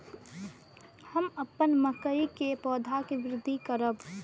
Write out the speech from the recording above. हम अपन मकई के पौधा के वृद्धि करब?